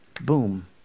Boom